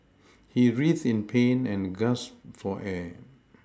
he writhed in pain and gasped for air